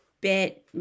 bit